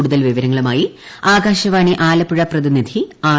കൂടുതൽ വിവരങ്ങളുമായി ആകാശവാണി ആലപ്പുഴ പ്രതിനിധി ആർ